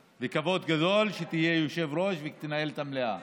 זה כבוד גדול שתהיה יושב-ראש ותנהל את המליאה.